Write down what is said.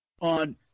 on